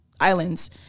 islands